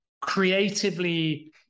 creatively